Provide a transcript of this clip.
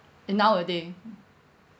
and nowaday